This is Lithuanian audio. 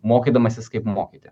mokydamasis kaip mokyti